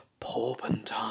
porpentine